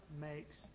makes